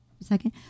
second